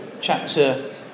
chapter